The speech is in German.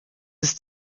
ist